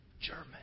German